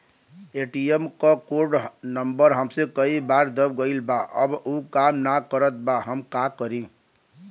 ATM क code number हमसे कई बार दब गईल बा अब उ काम ना करत बा हम का करी?